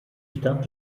stadt